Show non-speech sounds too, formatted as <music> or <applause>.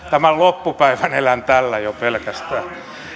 <unintelligible> tämän loppupäivän elän tällä jo pelkästään